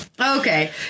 Okay